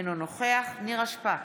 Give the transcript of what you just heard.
אינו נוכח נירה שפק,